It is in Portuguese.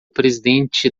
presidente